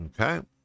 Okay